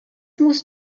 musst